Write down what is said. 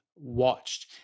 Watched